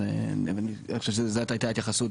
אז זאת הייתה ההתייחסות